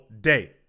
day